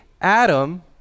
Adam